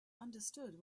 understood